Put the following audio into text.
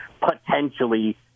potentially